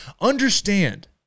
understand